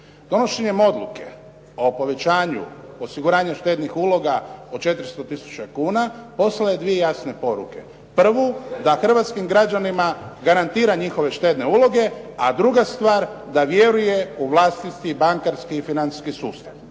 Donošenjem odluke o povećanju osiguranja štednih uloga od 400 tisuća kuna poslala je dvije jasne poruke. Prvu da hrvatskim građanima garantira njihove štedne uloge. A druga stvar da vjeruje u vlastiti bankarski i financijski sustav.